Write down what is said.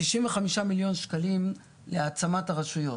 שישים וחמישה מיליון שקלים להעצמת הרשויות,